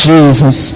Jesus